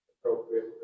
appropriate